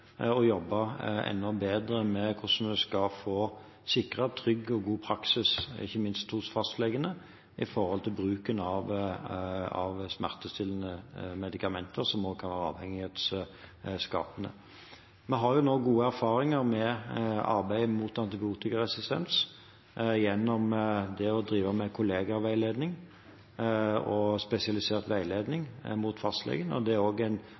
jobbe enda bedre med hvordan vi skal få sikret en trygg og god praksis, ikke minst hos fastlegene, når det gjelder bruken av smertestillende medikamenter som også er avhengighetsskapende. Vi har nå gode erfaringer med arbeidet mot antibiotikaresistens gjennom å drive med kollegaveiledning og spesialisert veiledning rettet mot fastlegen. Det er en